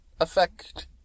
effect